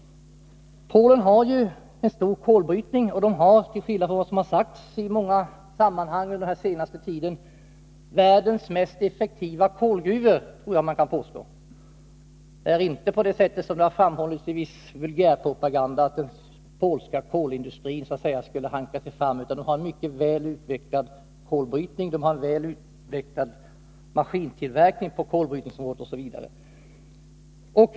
Polen har ju en stor kolbrytning, och jag tror att man kan påstå att landet har — till skillnad från vad som har sagts i många sammanhang under den senaste tiden — världens mest effektiva kolgruvor. Det är inte så, som har gjorts gällande i viss vulgärpropaganda, att den polska kolindustrin skulle så att säga hanka sig fram, utan den har en mycket välutvecklad kolbrytning, en välutvecklad maskintillverkning på kolbrytningsområdet osv.